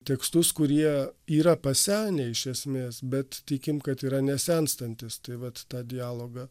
tekstus kurie yra pasenę iš esmės bet tikim kad yra nesenstantys tai vat tą dialogą